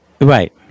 Right